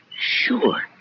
Sure